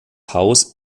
haus